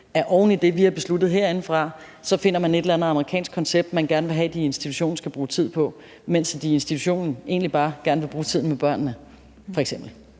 at oven i det, vi har besluttet herindefra, finder man et eller andet amerikansk koncept, man gerne vil have de institutioner skal bruge tid på, mens de i institutionen egentlig bare gerne f.eks. vil bruge tiden med børnene.